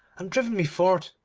and driven me forth.